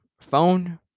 phone